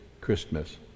Christmas